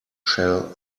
shall